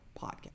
podcast